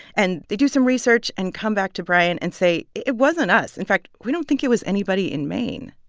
and they do some research and come back to brian and say, it wasn't us. in fact, we don't think it was anybody in maine.